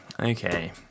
Okay